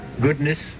goodness